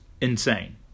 insane